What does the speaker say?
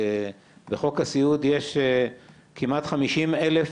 בחוק הסיעוד יש כמעט 50 אלף